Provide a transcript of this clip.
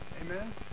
Amen